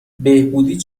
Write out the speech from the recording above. بهبودی